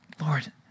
Lord